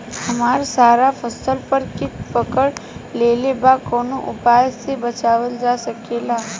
हमर सारा फसल पर कीट पकड़ लेले बा कवनो उपाय से बचावल जा सकेला?